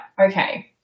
Okay